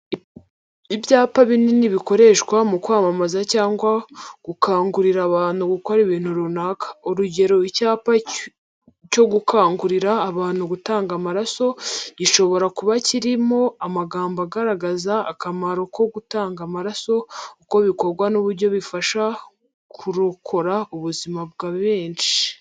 Ibyapa binini bikoreshwa mu kwamamaza cyangwa mu gukangurira abantu gukora ikintu runaka. Urugero, icyapa cyo gukangurira abantu gutanga amaraso, gishobora kuba kirimo amagambo agaragaza akamaro ko gutanga amaraso, uko bikorwa n'uburyo bifasha kurokora ubuzima bwa benshi.